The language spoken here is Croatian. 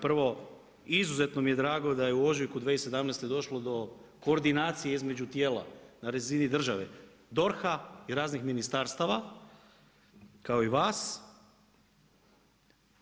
Prvo, izuzetno mi je drago da je u ožujku 2017. došlo do koordinacije između tijela, na razini države DORH-a i raznih ministarstava, kao i vas.